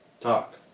Talk